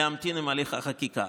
להמתין עם הליך החקיקה.